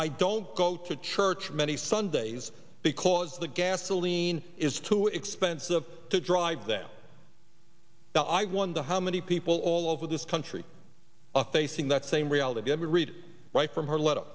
i don't go to church many sundays because the gasoline is too expensive to drive them now i wonder how many people all over this country are facing that same reality every read write from her letter